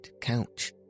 couch